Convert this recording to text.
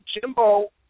Jimbo